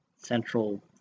central